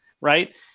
right